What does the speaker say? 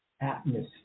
atmosphere